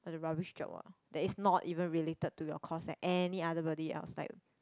like the rubbish job what that is not even related to your course like any other body else like